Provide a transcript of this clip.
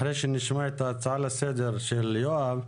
אחרי שנשמע את ההצעה לסדר של יואב,